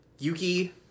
Yuki